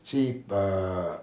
去 err